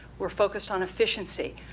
we're focused on efficiency.